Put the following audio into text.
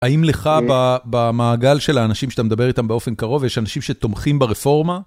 האם לך במעגל של האנשים שאתה מדבר איתם באופן קרוב יש אנשים שתומכים ברפורמה?